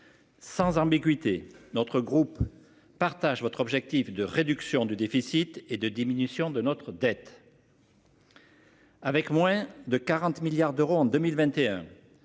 Sans ambiguïté. Notre groupe partage votre objectif de réduction du déficit et de diminution de notre dette. Avec moins de 40 milliards d'euros en 2021.